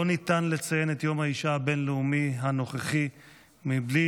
לא ניתן לציין את יום האישה הבין-לאומי הנוכחי מבלי